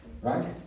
right